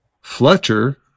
Fletcher